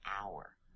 hour